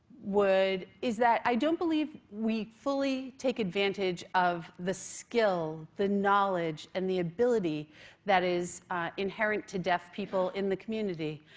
is that i don't believe we fully take advantage of the skill, the knowledge and the ability that is inherent to deaf people in the community.